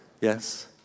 Yes